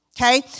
okay